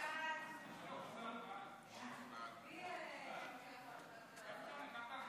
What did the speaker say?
ההצעה להעביר את הצעת חוק הבנקאות